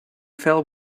fell